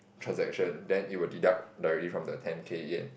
transaction then it will deduct directly from the ten K Yen